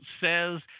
says